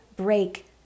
Break